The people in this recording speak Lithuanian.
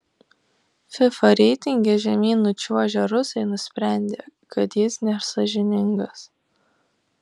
fifa reitinge žemyn nučiuožę rusai nusprendė kad jis nesąžiningas